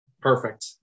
Perfect